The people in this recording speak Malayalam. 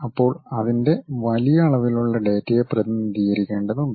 അപ്പോൾ അതിന്റെ വലിയ അളവിലുള്ള ഡാറ്റയെ പ്രതിനിധീകരിക്കേണ്ടതുണ്ട്